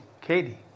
Katie